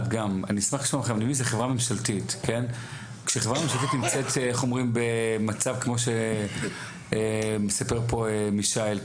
כשחברה ממשלתית נמצאת במצב כמו שמספר פה מישאל,